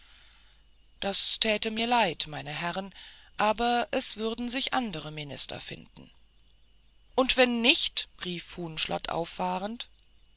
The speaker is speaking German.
das täte mir leid meine herren aber es würden sich andere minister finden und wenn nicht rief huhnschlott auffahrend